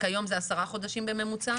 כיום זה 10 חודשים בממוצע?